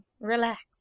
relax